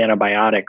antibiotic